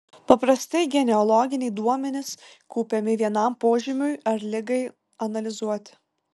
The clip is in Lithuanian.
paprastai genealoginiai duomenys kaupiami vienam požymiui ar ligai analizuoti